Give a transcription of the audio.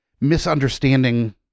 misunderstanding